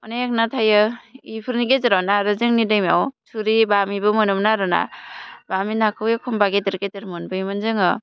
अनेक ना थायो इफोरनि गेजेरावनो आरो जोंनि दैमायाव थुरि बामिबो मोनोमोन आरोना बामि नाखौ एखम्बा गेदेर गेदेर मोनबोयोमोन जोङो